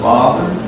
Father